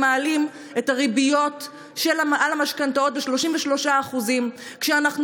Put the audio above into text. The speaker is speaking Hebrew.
מעלים את הריביות על המשכנתאות ב-33% וכשאנחנו